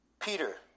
Peter